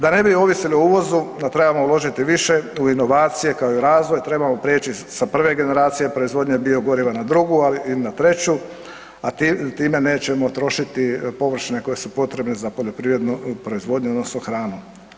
Da ne bi ovisili o uvozu, a trebamo uložiti u inovacije kao i u razvoj trebamo prijeći sa prve generacije proizvodnje biogoriva na drugu, ali i na treću, a time nećemo trošiti površine koje su potrebne za poljoprivrednu proizvodnju odnosno hranu.